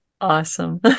awesome